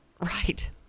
right